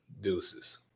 Deuces